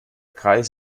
kreis